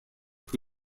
who